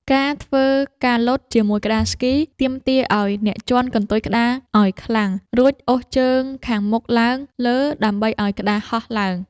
ការធ្វើការលោតជាមួយក្ដារស្គី ទាមទារឱ្យអ្នកជាន់កន្ទុយក្ដារឱ្យខ្លាំង រួចអូសជើងខាងមុខឡើងលើដើម្បីឱ្យក្ដារហោះឡើង។